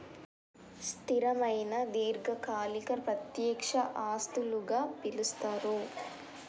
స్థిరమైన దీర్ఘకాలిక ప్రత్యక్ష ఆస్తులుగా పిలుస్తరు